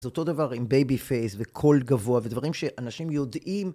זה אותו דבר עם בייבי פייס וקול גבוה ודברים שאנשים יודעים.